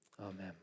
Amen